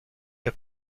the